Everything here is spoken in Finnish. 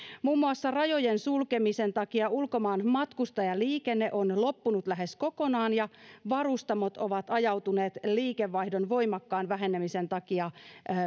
muun muassa rajojen sulkemisen takia ulkomaan matkustajaliikenne on on loppunut lähes kokonaan ja varustamot ovat ajautuneet liikevaihdon voimakkaan vähenemisen takia